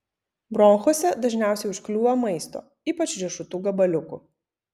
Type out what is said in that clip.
bronchuose dažniausiai užkliūva maisto ypač riešutų gabaliukų